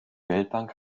weltbank